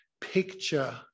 picture